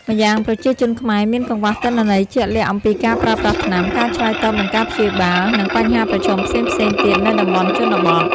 ម្យ៉ាងប្រជាជនខ្មែរមានកង្វះទិន្នន័យជាក់លាក់អំពីការប្រើប្រាស់ថ្នាំ ការឆ្លើយតបនឹងការព្យាបាល និងបញ្ហាប្រឈមផ្សេងៗទៀតនៅតំបន់ជនបទ ។